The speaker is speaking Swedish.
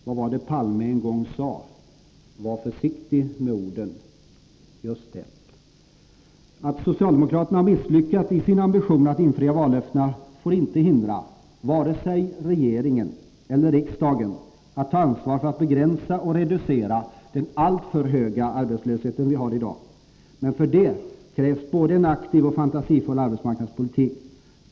Vad var det Palme en gång sade: ”Var försiktig med orden!” Just det! Att socialdemokraterna har misslyckats i sin ambition att infria vallöftena får inte hindra vare sig regeringen eller riksdagen at: ta ansvar för att begränsa och reducera den alltför höga arbetslöshet vi har i dag. Men för det krävs en både aktiv och fantasifull arbetsmarknadspolitik.